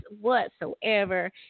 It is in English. whatsoever